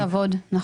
עם כבוד, נכון.